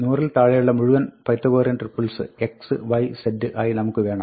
100 ൽ താഴെയുള്ള മുഴുവൻ Pythagorean triples x y z ആയി നമുക്ക് വേണം